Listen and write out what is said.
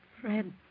Fred